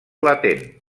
latent